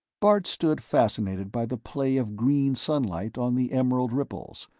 bart stood fascinated by the play of green sunlight on the emerald ripples,